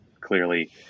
clearly